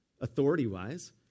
Authority-wise